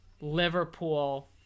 Liverpool